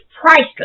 priceless